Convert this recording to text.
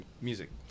music